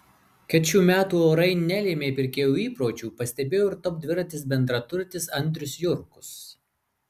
kad šiu metų orai nelėmė pirkėjų įpročių pastebėjo ir top dviratis bendraturtis andrius jurkus